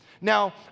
Now